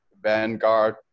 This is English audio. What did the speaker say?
Vanguard